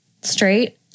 straight